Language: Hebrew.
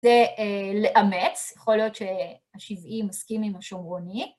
זה לאמץ, יכול להיות שהשבעי מסכים עם השומרוני.